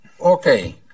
Okay